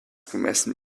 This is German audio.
gemessen